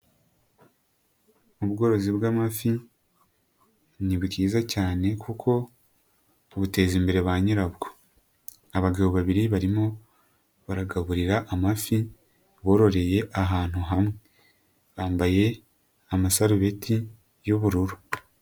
Ubworozi bw'amafi, ni bwiza cyane kuko bubuteza imbere ba nyirabwo. Abagabo babiri barimo baragaburira amafi bororeye ahantu hamwe, bambaye amasarubeti y'ubururu.